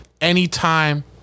Anytime